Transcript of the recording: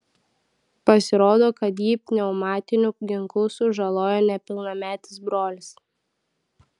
pasirodo kad jį pneumatiniu ginklu sužalojo nepilnametis brolis